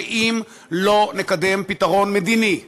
שאם לא נקדם פתרון מדיני במקביל,